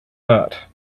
not